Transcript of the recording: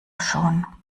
schon